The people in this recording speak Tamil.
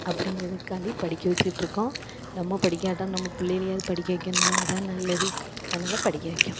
அப்படிங்கிறதுக்காண்டி படிக்கற வச்சிக்கிட்டு இருக்கோம் நம்ம படிக்காட்டாலும் நம்ம பிள்ளைகளையாவது படிக்க வைக்கணும் அதான் நல்லது அதனால் படிக்க வைக்கோம்